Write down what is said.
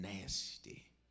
nasty